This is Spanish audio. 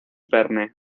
verne